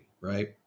right